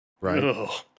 right